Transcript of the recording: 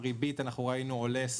ריבית, ראינו שעולה.